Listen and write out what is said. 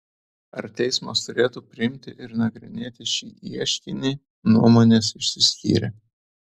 ar teismas turėtų priimti ir nagrinėti šį ieškinį nuomonės išsiskyrė